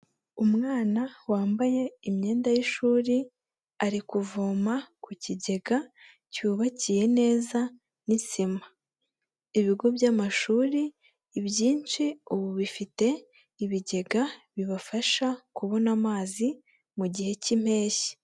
Umwana wambaye imyenda y'ishuri, ari kuvoma ku kigega cyubakiye neza n'isima, ibigo by'amashuri ibyinshi ubu bifite ibigega bibafasha kubona amazi mu gihe cy'impeshyi.